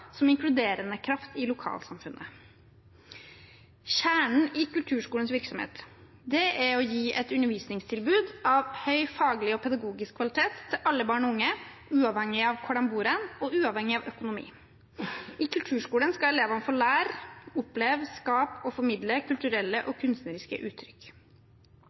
som inkluderende kraft i lokalsamfunnet. Kjernen i kulturskolens virksomhet er å gi et undervisningstilbud av høy faglig og pedagogisk kvalitet til alle barn og unge, uavhengig av hvor de bor og uavhengig av økonomi. I kulturskolen skal elevene få lære, oppleve, skape og formidle kulturelle og kunstneriske uttrykk.